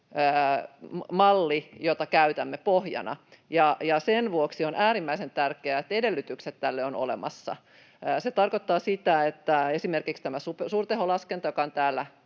tekoälymalli, jota käytämme pohjana. Sen vuoksi on äärimmäisen tärkeää, että edellytykset tälle ovat olemassa. Se tarkoittaa sitä, että esimerkiksi tämä suurteholaskenta, joka on täällä